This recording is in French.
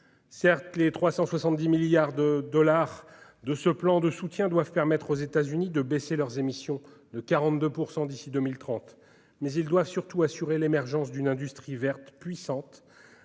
Certes, les 370 milliards de dollars de ce plan de soutien doivent permettre aux États-Unis de réduire leurs émissions de 42 % d'ici à 2030, mais ils doivent surtout assurer l'émergence d'une industrie verte puissante,